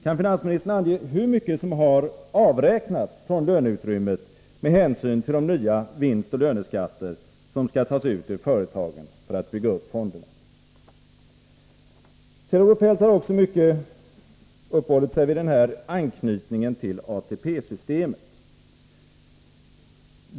Kan finansministern ange hur mycket som har avräknats från löneutrymmet med hänsyn till den nya vinstoch löneskatten som skall tas ut ur företagen för att bygga upp fonderna? Kjell-Olof Feldt har också mycket uppehållit sig vid anknytningen till ATP-systemet.